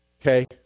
Okay